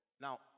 Now